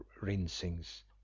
rinsings